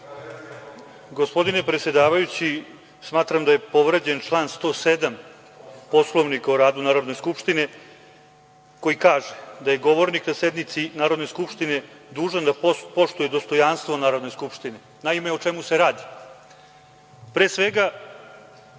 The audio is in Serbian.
predsedavajući, smatram da je povređen član 107. Poslovnika o radu Narodne skupštine, koji kaže da je govornik na sednici Narodne skupštine dužan da poštuje dostojanstvo Narodne skupštine. Naime, o čemu se radi. Pre svega,